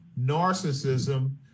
narcissism